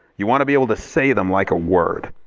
you want to be able to say them like a word.